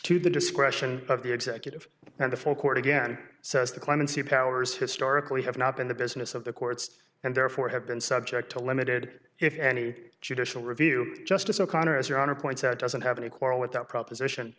to the discretion of the executive and the full court again so as the clemency powers historically have not been the business of the courts and therefore have been subject to limited if any judicial review justice o'connor as your honor points out doesn't have any quarrel with that proposition